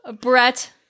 Brett